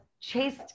chased